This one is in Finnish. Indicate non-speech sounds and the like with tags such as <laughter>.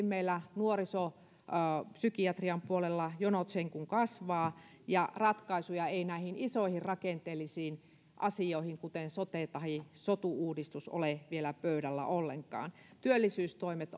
<unintelligible> meillä nuorisopsykiatrian puolella jonot sen kuin kasvavat ja ratkaisuja ei näihin isoihin rakenteellisiin asioihin kuten sote tahi sotu uudistus ole pöydällä vielä ollenkaan työllisyystoimet <unintelligible>